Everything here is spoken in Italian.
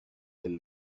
del